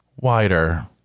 wider